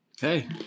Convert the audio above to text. Hey